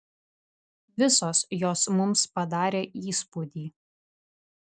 visos jos mums padarė įspūdį